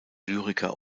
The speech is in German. lyriker